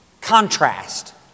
contrast